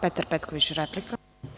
Petar Petković, replika.